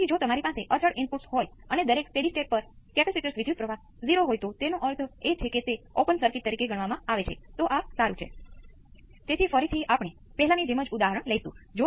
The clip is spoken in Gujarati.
તેથી જો હું અહીં આનો ઉપયોગ કરું તો મારી પાસે 1 1 j ω c R શું છે